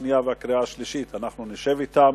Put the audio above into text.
לקראת הקריאה השנייה והקריאה השלישית אנחנו נשב אתם,